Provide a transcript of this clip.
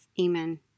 Amen